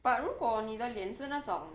but 如果你的脸是那种